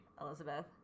Elizabeth